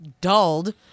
dulled